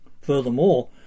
Furthermore